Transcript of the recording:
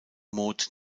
mode